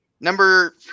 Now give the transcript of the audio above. Number